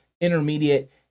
intermediate